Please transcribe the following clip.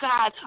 God